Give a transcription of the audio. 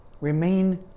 remain